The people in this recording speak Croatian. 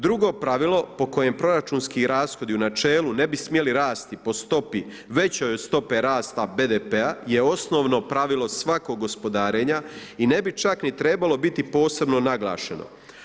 Drugo pravilo po kojem proračunski rashodi u načelu ne bi smjeli rasti po stopi većoj od stope rasta BDP-a je osnovno pravilo svakog gospodarenja i ne bi čak ni trebalo biti posebno naglašeno.